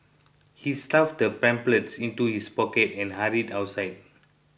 he stuffed the pamphlet into his pocket and hurried outside